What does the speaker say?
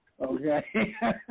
Okay